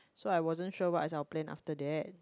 so I wasn't sure what is our plan after that